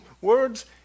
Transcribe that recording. words